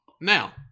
Now